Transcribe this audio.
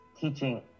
teaching